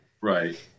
Right